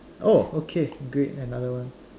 oh okay great another one